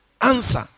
Answer